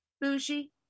Bougie